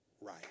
right